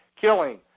killing